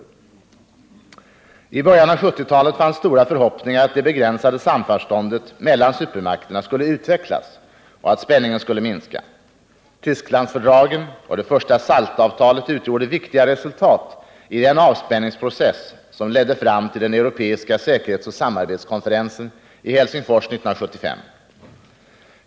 | I början av 1970-talet fanns stora förhoppningar att det begränsade samförståndet mellan supermakterna skulle utvecklas och att spänningen skulle minska. Tysklandsfördragen och det första SALT-avtalet utgjorde viktiga resultat i den avspänningsprocess som ledde fram till den europeiska säkerhetsoch samarbetskonferensen i Helsingfors 1975.